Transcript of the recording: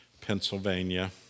Pennsylvania